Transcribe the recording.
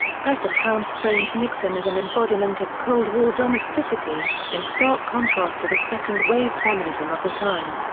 press accounts framed nixon as an embodiment of cold war domesticity, in stark contrast to the second-wave feminism of the time.